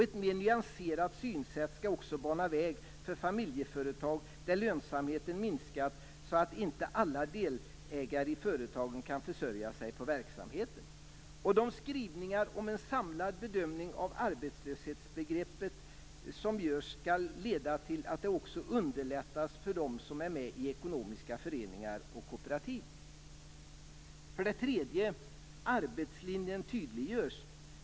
Ett mer nyanserat synsätt skall också bana väg för familjeföretag där lönsamheten minskat så att inte alla delägare i företaget kan försörja sig på verksamheten. De skrivningar om en samlad bedömning av arbetslöshetsbegreppet som görs skall leda till att det också underlättas för dem som är med i ekonomiska föreningar och kooperativ. För det tredje tydliggörs arbetslinjen.